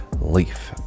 Leaf